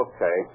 Okay